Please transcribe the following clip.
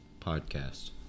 podcast